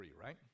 right